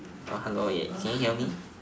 uh hello yeah can you hear me